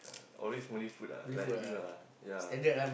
uh always Malay food lah like you ah ya